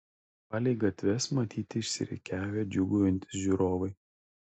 palei gatves matyti išsirikiavę džiūgaujantys žiūrovai